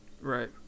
Right